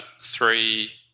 three